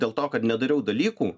dėl to kad nedariau dalykų